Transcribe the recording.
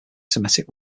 semitic